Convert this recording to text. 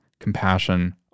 compassion